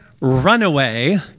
Runaway